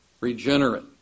regenerate